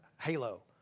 halo